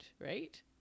right